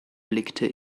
blickte